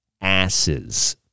asses